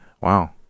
Wow